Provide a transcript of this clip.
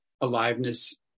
aliveness